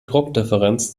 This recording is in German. druckdifferenz